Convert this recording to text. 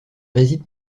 résident